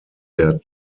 der